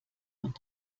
und